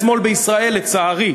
ועל-ידי השמאל בישראל לצערי,